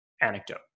anecdote